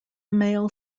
male